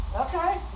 okay